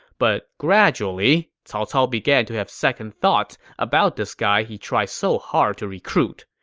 but gradually, cao cao began to have second thoughts about this guy he tried so hard to recruit.